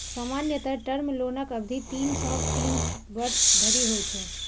सामान्यतः टर्म लोनक अवधि तीन सं तीन वर्ष धरि होइ छै